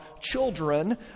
children